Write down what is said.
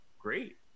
great